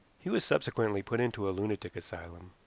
he was subsequently put into a lunatic asylum,